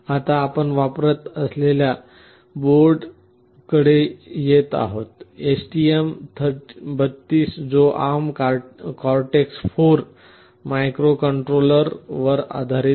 आता आपण वापरत असलेल्या बोर्डकडे येत आहोत STM3 32 जो ARM Cortex 4 मायक्रोकंट्रोलरवर आधारित आहे